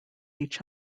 each